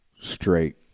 straight